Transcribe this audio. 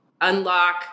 unlock